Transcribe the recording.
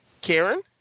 Karen